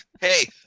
hey